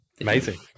amazing